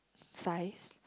size